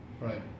Right